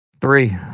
three